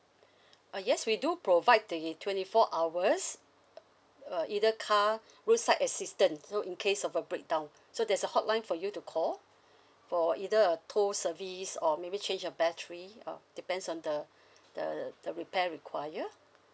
uh yes we do provide twenty twenty four hours uh uh either car roadside assistance so in case of a breakdown so there's a hotline for you to call for either a tow service or maybe change a battery uh depends on the the the the repair require